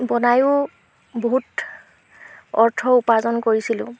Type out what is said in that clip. বনায়ো বহুত অৰ্থ উপাৰ্জন কৰিছিলোঁ